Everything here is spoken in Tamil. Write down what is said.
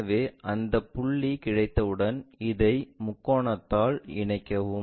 எனவே அந்த புள்ளி கிடைத்தவுடன் இதை முக்கோணத்தால் இணைக்கவும்